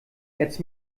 jetzt